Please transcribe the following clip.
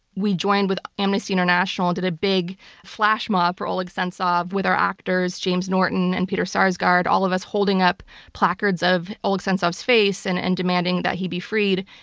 we joined with amnesty international and did a big flash mob for oleg sentsov with our actors james norton and peter sarsgaard, all of us holding up placards of oleg sentsov's face and and demanding that he be freed.